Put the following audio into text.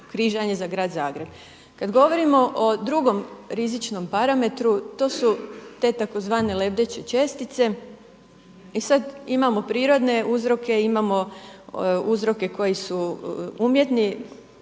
križanje za grad Zagreb. Kad govorimo o drugom rizičnom parametru to tu te tzv. lebdeće čestice. E sada, imamo prirodne uzroke, imamo uzroke koji su umjetni.